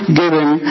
given